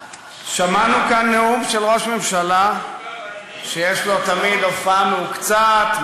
שמענו כאן נאום של ראש ממשלה שיש לו תמיד הופעה מהוקצעת,